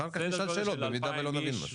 אחר כך נשאל שאלות במידה ולא נבין משהו.